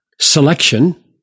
selection